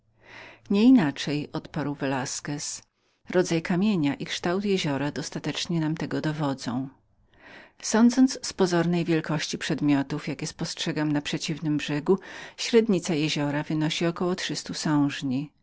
inaczej odparł velasquez skład kamienia i kształt jeziora dostatecznie nam tego dowodzą podług objętości przedmiotów jakie spostrzegam na przeciwnym brzegu przypuszczam że średnica jeziora wynosi około trzydziestu sążni